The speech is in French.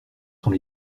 sont